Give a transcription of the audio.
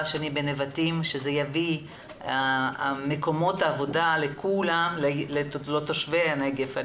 שני בנבטים שיביא מקומות עבודה לתושבי הנגב.